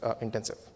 intensive